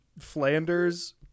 Flanders